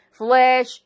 flesh